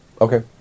Okay